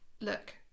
look